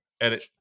Edit